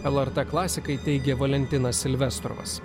lrt klasikai teigė valentinas silvestros